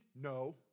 No